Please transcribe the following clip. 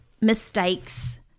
mistakes